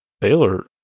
Baylor